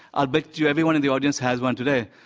i'll bet youeveryone in the audience has one today.